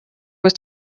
was